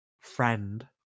friend